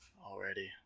already